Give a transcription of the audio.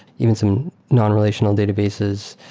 even some non-relational databases,